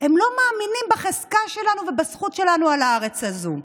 הם לא מאמינים בחזקה שלנו ובזכות שלנו על הארץ הזאת,